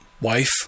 wife